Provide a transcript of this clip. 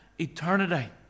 eternity